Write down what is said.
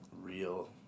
real